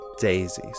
daisies